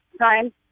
time